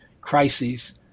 crises